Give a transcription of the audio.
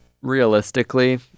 realistically